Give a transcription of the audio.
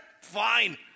Fine